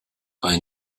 bei